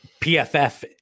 PFF